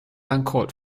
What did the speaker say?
uncalled